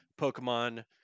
Pokemon